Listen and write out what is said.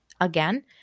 again